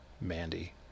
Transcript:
Mandy